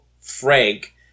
Frank